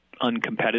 uncompetitive